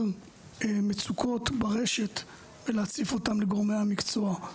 מצוקות ברשת ולהציף אותן לגורמי המקצוע?